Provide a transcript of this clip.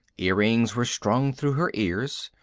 earrings were strung through her ears.